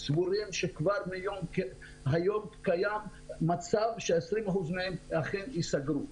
סגורים והיום קיים מצב ש-20% מהם אכן ייסגרו.